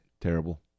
Terrible